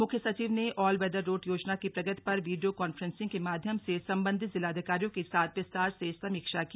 मुख्य सचिव ने ऑल वेदर रोड योजना की प्रगति पर वीडियो कांफ्रेंसिंग के माध्यम से सम्बन्धित जिलाधिकारियों के साथ विस्तार से समीक्षा की